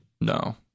no